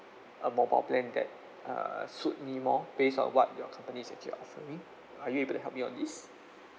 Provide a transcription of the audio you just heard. a mobile plan that uh suit me more based on what your company is actually offering are you able to help me on this